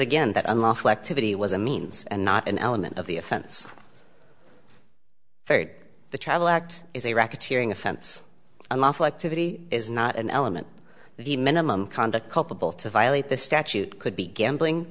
again that unlawful activity was a means and not an element of the offense third the travel act is a record tearing offense unlawful activity is not an element of the minimum conduct culpable to violate the statute could be gambling